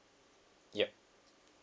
yup